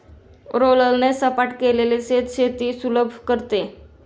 रोलरने सपाट केलेले शेत शेती सुलभ करते